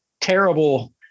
terrible